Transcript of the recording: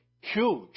huge